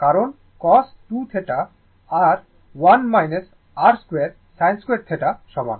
কারণ cos 2θ আর 1 r 2 sin2θ সমান